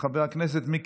חבר הכנסת אבי